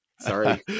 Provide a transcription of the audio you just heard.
Sorry